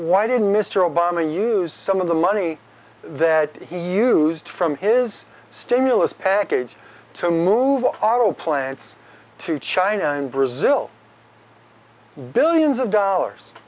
why didn't mr obama use some of the money that he used from his stimulus package to move auto plants to china and brazil billions of dollars